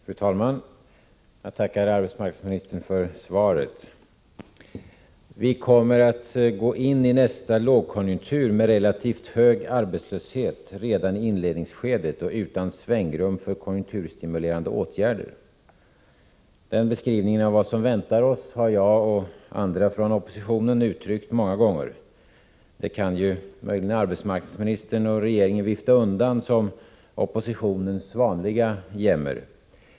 Fru talman! Jag tackar arbetsmarknadsministern för svaret. ”Vi kommer att gå in i nästa lågkonjunktur med relativt hög arbetslöshet redan i inledningsskedet och utan svängrum för konjunkturstimulerande åtgärder.” Denna beskrivning av vad som väntar oss har jag och andra i oppositionen uttryckt många gånger. Det kan ju arbetsmarknadsministern och regeringen möjligen vifta undan som oppositionens vanliga jämmer.